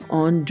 on